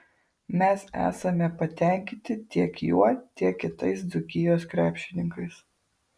mes esame patenkinti tiek juo tiek kitais dzūkijos krepšininkais